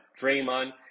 Draymond